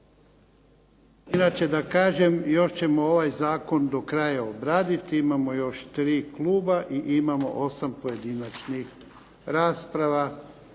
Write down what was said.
Inače da kažem, još ćemo ovaj zakon do kraja obraditi. Imamo još tri kluba, i imamo osam pojedinačnih rasprava,